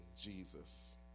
Jesus